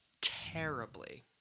terribly